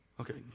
Okay